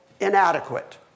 Inadequate